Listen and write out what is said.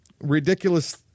ridiculous